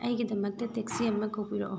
ꯑꯩꯒꯤꯗꯃꯛꯇ ꯇꯦꯛꯁꯤ ꯑꯃ ꯀꯧꯕꯤꯔꯛꯑꯣ